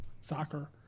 soccer